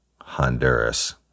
Honduras